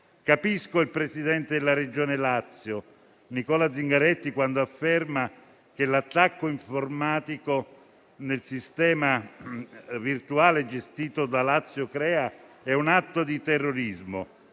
Capisco il presidente della Regione Lazio, Nicola Zingaretti, quando afferma che l'attacco informatico nel sistema virtuale gestito da LAZIOcrea è un atto di terrorismo.